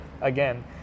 again